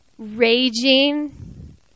raging